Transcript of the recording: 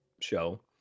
show